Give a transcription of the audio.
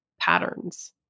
patterns